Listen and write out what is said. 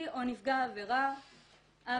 כבר